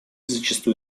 зачастую